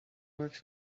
works